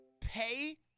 pay –